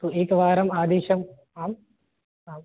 एकवारम् आदेशम् आम् आम्